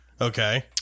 Okay